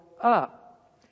up